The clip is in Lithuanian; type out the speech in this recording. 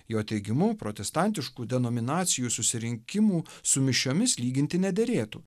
jo teigimu protestantiškų denominacijų susirinkimų su mišiomis lyginti nederėtų